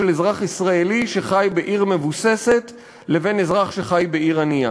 אזרח ישראלי שחי בעיר מבוססת לבין אזרח שחי בעיר ענייה.